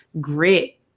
grit